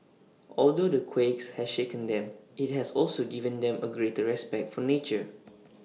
although the quakes has shaken them IT has also given them A greater respect for nature